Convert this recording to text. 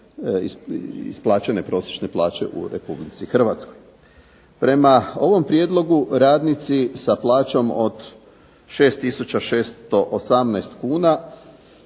isplaćene prosječne plaće u Republici Hrvatskoj. Prema ovom prijedlogu radnici sa plaćom od 6618 kn